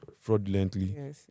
fraudulently